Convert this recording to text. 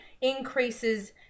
increases